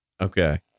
Okay